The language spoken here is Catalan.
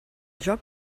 joc